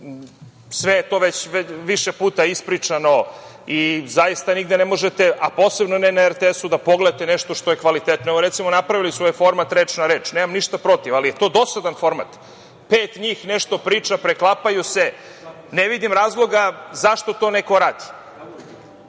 je to je više puta već ispričano i zaista nigde ne možete, a posebno ne na RTS-u, da pogledate nešto što je kvalitetno. Recimo, napravili su ovaj format „Reč na reč“. Nemam ništa protiv, ali je to dosadan format. Pet njih nešto priča, preklapaju se. Ne vidim razloga zašto to neko